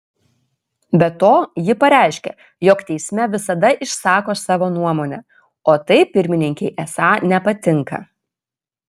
be to ji pareiškė jog teisme visada išsako savo nuomonę o tai pirmininkei esą nepatinka